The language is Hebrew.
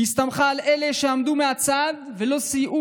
היא הסתמכה על אלה שעמדו מהצד ולא סייעו